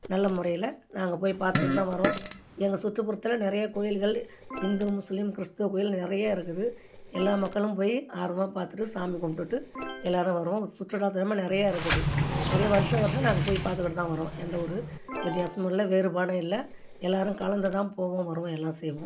நல்ல முறையில் நாங்கள் போய் பார்த்துக்கிட்டு தான் வரோம் எங்கள் சுற்றுப்புறத்தில் நிறைய கோயில்கள் இந்து முஸ்லீம் கிறிஸ்துவ கோயில் நிறைய இருக்குது எல்லா மக்களும் போய் ஆர்வமாக பார்த்துட்டு சாமி கும்பிட்டுட்டு எல்லோரும் வருவோம் சுற்றுலாத்தலமாக நிறையா இருக்குது நிறையா வருஷம் வருஷம் நாங்கள் போய் பார்த்துக்கிட்டு தான் வரோம் எந்த ஒரு வித்தியாசமும் இல்லை வேறுபாடும் இல்லை எல்லோரும் கலந்து தான் போவோம் வருவோம் எல்லாம் செய்வோம்